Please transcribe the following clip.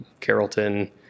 Carrollton